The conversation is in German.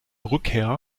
rückkehr